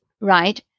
right